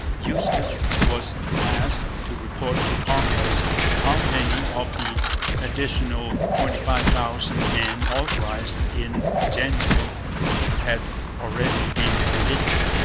eustis was asked to report to congress how many of the additional twenty-five thousand men authorized in january had already been enlisted.